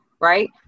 right